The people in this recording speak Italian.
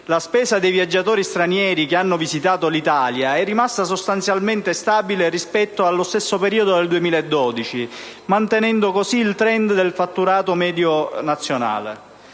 la spesa dei viaggiatori stranieri che hanno visitato l'Italia è rimasta sostanzialmente stabile rispetto allo stesso periodo del 2012, mantenendo così il *trend* del fatturato medio nazionale.